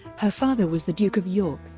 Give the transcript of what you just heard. her father was the duke of york,